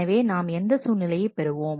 எனவே நாம் எந்த சூழ்நிலையை பெறுவோம்